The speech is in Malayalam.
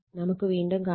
നമുക്ക് വീണ്ടും കാണാം